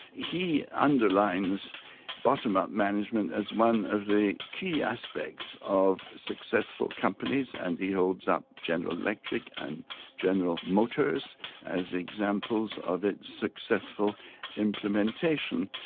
he underlines bottom-up management as one of the key aspects of successful companies and he holds up general electric and general motors as examples of its successful implementation.